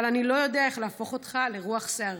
אבל אני לא יודע איך להפוך אותך לרוח סערה.